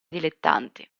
dilettanti